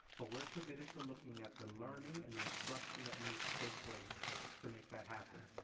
but we are committed to looking at the learning and the instruction that needs to take place to make that happen.